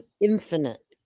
infinite